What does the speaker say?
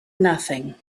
nothing